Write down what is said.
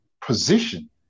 position